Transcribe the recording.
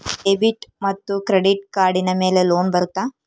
Debit ಮತ್ತು credit ಕಾರ್ಡಿನ ಮೇಲೆ ಲೋನ್ ಬರುತ್ತಾ?